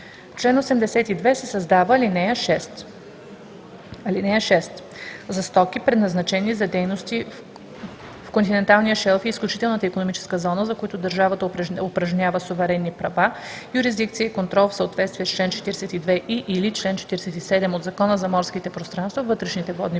чл. 82 се създава ал. 6: „(6) За стоки, предназначени за дейности в континенталния шелф и изключителната икономическа зона, за които държавата упражнява суверенни права, юрисдикция и контрол в съответствие с чл. 42 и/или чл. 47 от Закона за морските пространства, вътрешните водни пътища